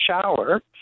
shower